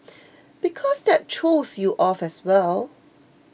because that throws you off as well